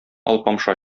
алпамша